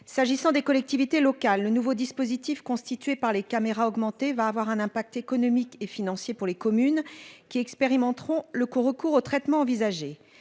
S'agissant des collectivités locales. Le nouveau dispositif constitué par les caméras augmenter va avoir un impact économique et financier pour les communes qui expérimenteront le coup recours aux traitements envisagés